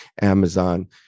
Amazon